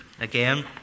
again